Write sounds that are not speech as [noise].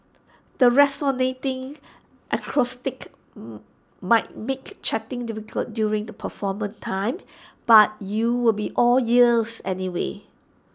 the resonating acoustics [hesitation] might make chatting difficult during the performance time but you will be all ears anyway